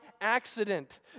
accident